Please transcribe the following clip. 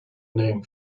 name